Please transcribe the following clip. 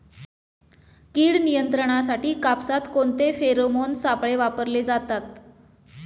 कीड नियंत्रणासाठी कापसात कोणते फेरोमोन सापळे वापरले जातात?